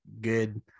good